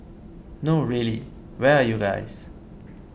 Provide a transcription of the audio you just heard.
no really where are you guys